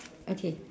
okay